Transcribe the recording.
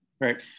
right